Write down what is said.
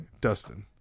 Dustin